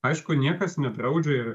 aišku niekas nedraudžia